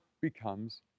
becomes